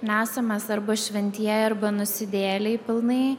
nesam mes arba šventieji arba nusidėjėliai pilnai